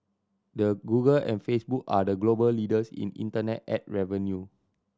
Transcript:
the Google and Facebook are the global leaders in internet ad revenue